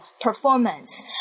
performance